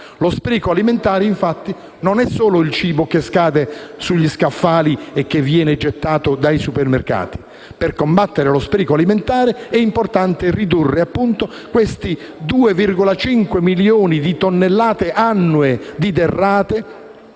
Lo spreco alimentare, infatti, non è solo il cibo che scade sugli scaffali e che viene gettato dai supermercati. Per combattere lo spreco alimentare, è importante ridurre, appunto, questi 2,5 milioni di tonnellate annue di derrate